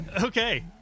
Okay